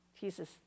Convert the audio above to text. Jesus